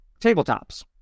tabletops